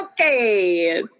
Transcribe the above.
Okay